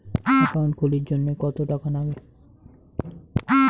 Account খুলির জন্যে কত টাকা নাগে?